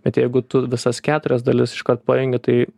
bet jeigu tu visas keturias dalis iškart pajungi tai